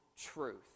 truth